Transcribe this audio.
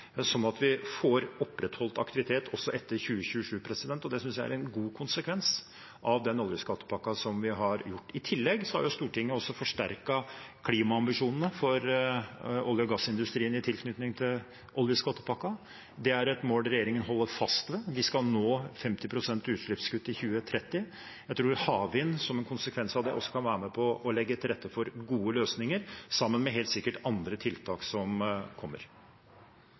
tillegg har Stortinget forsterket klimaambisjonene for olje- og gassindustrien i tilknytning til oljeskattepakken. Det er et mål regjeringen holder fast på. Vi skal nå 50 pst. utslippskutt i 2030. Jeg tror havvind, som en konsekvens av det, også kan være med på å legge til rette for gode løsninger, helt sikkert sammen med andre tiltak som kommer.